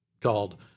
called